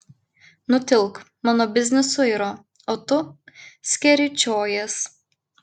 nutilk mano biznis suiro o tu skeryčiojies